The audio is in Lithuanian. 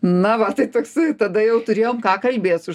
na va tai toksai tada jau turėjom ką kalbėt su